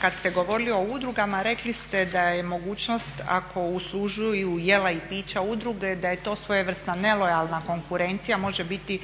kad ste govorili o udrugama rekli ste da je mogućnost ako uslužuju jela i pića udruge da je to svojevrsna nelojalna konkurencija, može biti